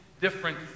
different